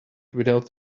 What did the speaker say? without